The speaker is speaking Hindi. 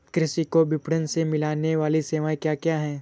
कृषि को विपणन से मिलने वाली सेवाएँ क्या क्या है